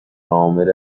عامل